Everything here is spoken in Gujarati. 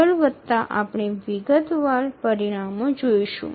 આગળ વધતાં આપણે વિગતવાર પરિણામો જોશું